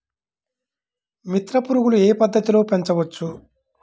మిత్ర పురుగులు ఏ పద్దతిలో పెంచవచ్చు?